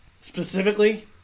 specifically –